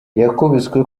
yakubiswe